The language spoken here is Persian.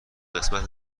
قسمت